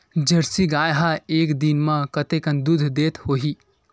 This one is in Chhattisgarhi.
जर्सी गाय ह एक दिन म कतेकन दूध देत होही?